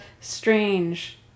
strange